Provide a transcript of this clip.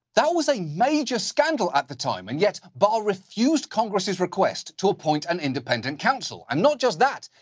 that was a major scandal at the time, and yet barr refused congress's request to appoint an independent council. and not just that,